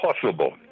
possible